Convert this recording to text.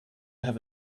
have